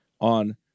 on